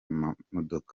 mamodoka